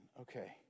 Okay